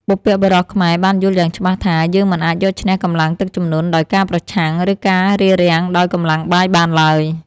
បុព្វបុរសខ្មែរបានយល់យ៉ាងច្បាស់ថា យើងមិនអាចយកឈ្នះកម្លាំងទឹកជំនន់ដោយការប្រឆាំង ឬការរារាំងដោយកម្លាំងបាយបានឡើយ។